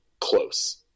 close